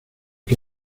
que